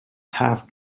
half